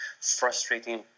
frustrating